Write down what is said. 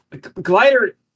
Glider